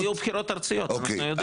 אבל היו בחירות ארציות, אנחנו יודעים.